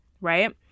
right